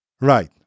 Right